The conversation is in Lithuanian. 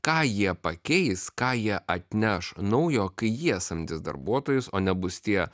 ką jie pakeis ką jie atneš naujo kai jie samdys darbuotojus o nebus tie